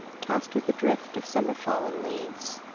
tossed with a drift of summer-fallen leaves.